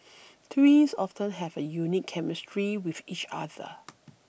twins often have a unique chemistry with each other